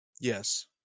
Yes